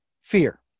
fear